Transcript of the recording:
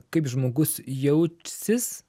kaip žmogus jautsis